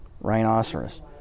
rhinoceros